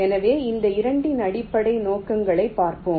எனவே இந்த இரண்டின் அடிப்படை நோக்கங்களைப் பார்ப்போம்